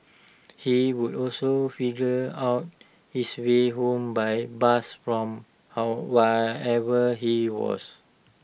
he would also figure out his way home by bus from how wherever he was